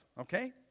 okay